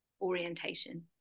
orientation